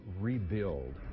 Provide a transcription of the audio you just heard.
rebuild